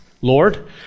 Lord